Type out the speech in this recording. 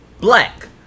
Black